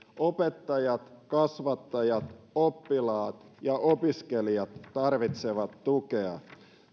opettajat kasvattajat oppilaat ja opiskelijat tarvitsevat tukea